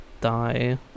die